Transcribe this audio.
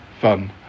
fun